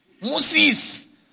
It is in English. Moses